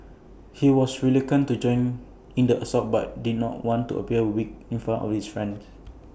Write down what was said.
he was reluctant to join in the assault but did not want appear weak in front of his friends